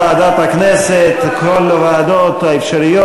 ועדת המדע, ועדת הכנסת, כל הוועדות האפשריות.